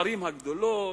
בערים הגדולות,